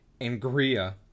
Angria